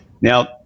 Now